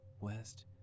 west